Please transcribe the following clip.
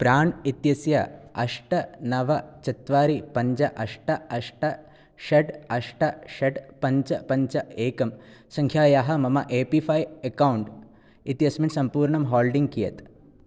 प्राण् इत्यस्य अष्ट नव चत्वारि पञ्च अष्ट अष्ट षट् अष्ट षट् पञ्च पञ्च एकं सङ्ख्यायाः मम ए पी फ़ै अकौण्ट् इत्यस्मिन् सम्पूर्णं हाल्डिङ्ग् कियत्